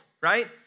right